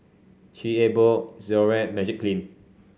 Chic A Boo Xorex Magiclean